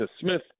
Smith